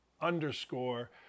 underscore